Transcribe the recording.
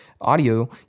audio